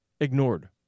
ignored